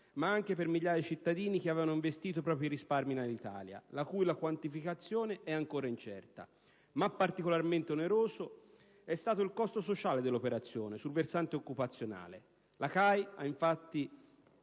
ma anche per migliaia di cittadini che avevano investito i propri risparmi in Alitalia, la cui quantificazione è ancora incerta. Ma particolarmente oneroso è stato il costo sociale dell'operazione sul versante occupazionale. La CAI, infatti,